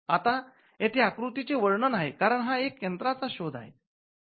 आता येथे आकृतीचे वर्णन आहे कारण हा एक यंत्राचा शोध आहे